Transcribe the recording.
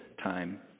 time